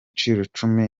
cumi